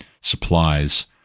supplies